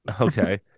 Okay